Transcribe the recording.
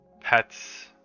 pets